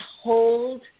hold